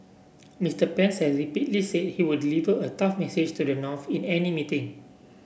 Mister Pence has repeatedly say he would deliver a tough message to the north in any meeting